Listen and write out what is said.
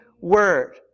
word